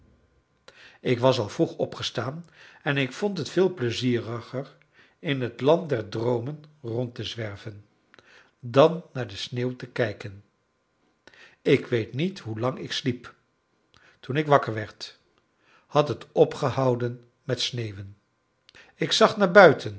ik was al vroeg opgestaan en ik vond het veel pleizieriger in het land der droomen rond te zwerven dan naar de sneeuw te kijken ik weet niet hoe lang ik sliep toen ik wakker werd had het opgehouden met sneeuwen ik zag naar buiten